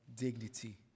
Dignity